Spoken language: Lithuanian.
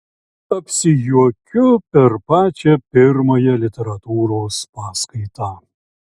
apsijuokiu per pačią pirmąją literatūros paskaitą